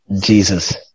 Jesus